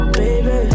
baby